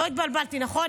לא התבלבלתי, נכון?